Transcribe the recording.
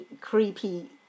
creepy